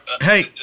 hey